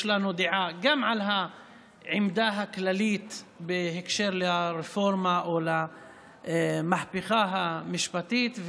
יש לנו דעה גם על העמדה הכללית בהקשר לרפורמה או למהפכה המשפטית.